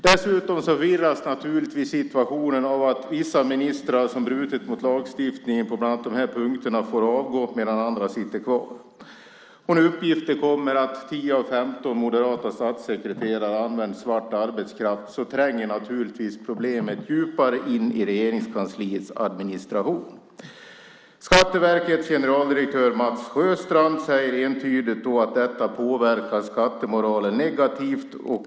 Dessutom förvirras naturligtvis situationen av att vissa ministrar som brutit mot lagstiftningen på bland annat de här punkterna får avgå, medan andra sitter kvar. Och när uppgifter kommer om att 10 av 15 moderata statssekreterare använt svart arbetskraft tränger naturligtvis problemet djupare in i Regeringskansliets administration. Skatteverkets generaldirektör Mats Sjöstrand säger entydigt att detta påverkar skattemoralen negativt.